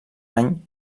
any